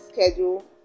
schedule